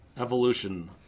evolution